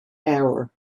hour